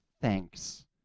thanks